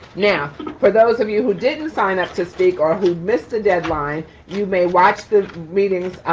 now, for those of you who didn't sign up to speak, or who missed the deadline, you may watch the meetings